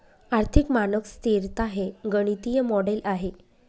आर्थिक मानक स्तिरता हे गणितीय मॉडेल आहे